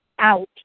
out